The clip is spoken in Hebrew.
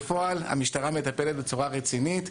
בפועל המשטרה מטפלת בצורה רצינית.